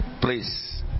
Please